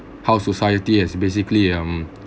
how society has basically um